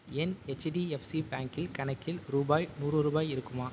என் ஹெச்டிஎஃப்சி பேங்க்கில் கணக்கில் ரூபாய் நூறு ரூபாய் இருக்குமா